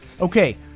Okay